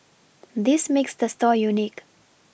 this makes the store unique